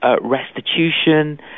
restitution